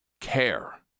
care